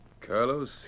Carlos